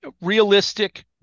realistic